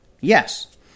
Yes